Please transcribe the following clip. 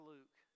Luke